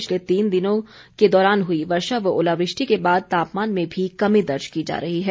पिछले तीन दिनों के दौरान हुई वर्षा व ओलावृष्टि के बाद तापमान में भी कमी दर्ज की जा रही है